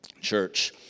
church